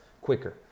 quicker